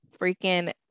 freaking